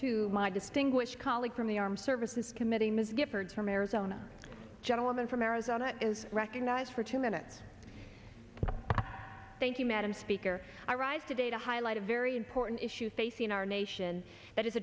my distinguished colleague from the armed services committee ms giffords from arizona gentleman from arizona is recognized for two minutes thank you madam speaker i rise today to highlight a very important issue facing our nation that is